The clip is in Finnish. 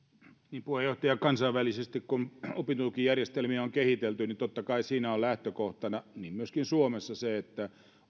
puheenjohtaja kun opintotukijärjestelmiä on kansainvälisesti kehitelty niin totta kai siinä on lähtökohtana niin myöskin suomessa se että